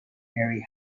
mary